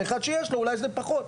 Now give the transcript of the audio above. לאחד שיש לו אולי זה פחות.